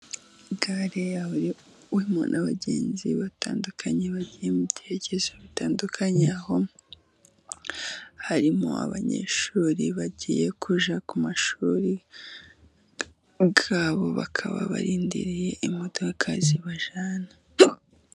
Gare yahuriwemo n'abagenzi batandukanye bagiye mu byerekezo bitandukanye, aho harimo abanyeshuri bagiye kujya ku mashuri yabo, bakaba barindiriye imodoka zibajyana.